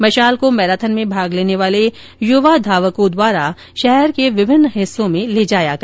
मशाल को मैराथन में भाग लेने वाले युवा धावकों द्वारा शहरों के विभिन्न हिस्सों में ले जाया गया